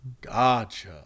Gotcha